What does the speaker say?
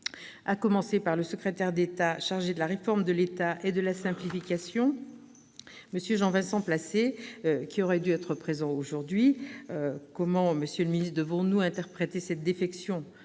à commencer par le secrétaire d'État chargé de la réforme de l'État et de la simplification, M. Jean-Vincent Placé, qui aurait dû être présent aujourd'hui. Comment interpréter sa défection,